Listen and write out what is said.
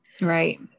Right